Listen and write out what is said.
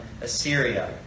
Assyria